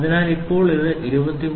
അതിനാൽ ഇപ്പോൾ ഇത് 23